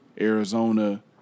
Arizona